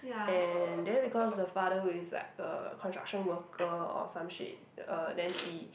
and then because the father is like uh construction worker or some shit uh then he